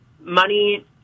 money